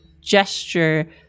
gesture